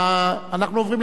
אנחנו עוברים לחקיקה,